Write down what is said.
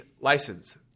license